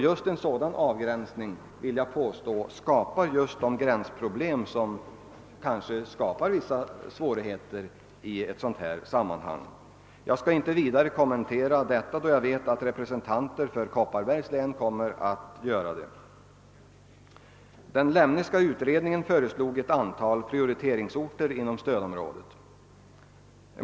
Just denna avgränsning skapar, vill jag påstå, gränsproblem som leder till svårigheter. Jag skall emellertid inte vidare kommentera detta då jag vet att representanter för Kopparbergs län kommer att ta upp saken. Den Lemneska utredningen föreslog ett antal prioriteringsorter inom det inre stödområdet.